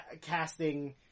casting